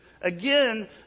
Again